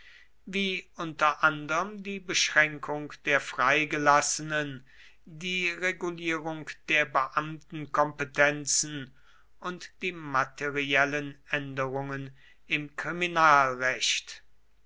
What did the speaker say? wie unter anderm die beschränkung der freigelassenen die regulierung der beamtenkompetenzen und die materiellen änderungen im kriminalrecht